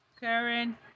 karen